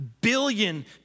billion